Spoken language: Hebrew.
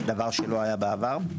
דבר שלא היה בעבר.